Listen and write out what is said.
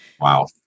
Wow